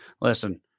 listen